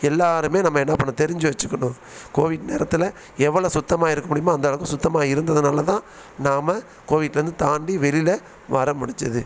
எல்லாேருமே நம்ம என்ன பண்ணணும் தெரிஞ்சு வெச்சுக்கணும் கோவிட் நேரத்தில் எவ்வளோ சுத்தமாக இருக்க முடியுமோ அந்தளவுக்கு சுத்தமாக இருந்ததுனால் தான் நாம் கோவிட்லேருந்து தாண்டி வெளியில் வர முடிஞ்சிது